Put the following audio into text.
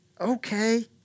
okay